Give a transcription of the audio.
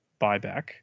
buyback